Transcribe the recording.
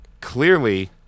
Clearly